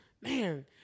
man